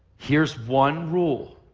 here's one rule.